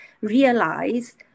realize